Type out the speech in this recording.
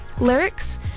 lyrics